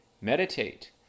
meditate